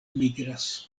migras